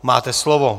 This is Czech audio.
Máte slovo.